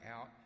out